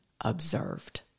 observed